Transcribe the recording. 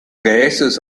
gases